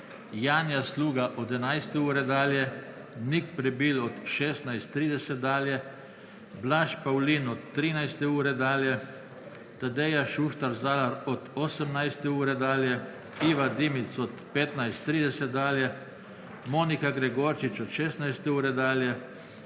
Janja Sluga od 11. ure dalje, Nik Prebil od 16.30 dalje, Blaž Pavlin od 13. ure dalje, Tadeja Šuštar Zalar od 18. ure dalje, Iva Dimic od 15.30 dalje, Monika Gregorčič od 16. ure dalje,